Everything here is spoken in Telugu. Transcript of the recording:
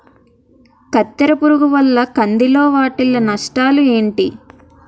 కత్తెర పురుగు వల్ల కంది లో వాటిల్ల నష్టాలు ఏంటి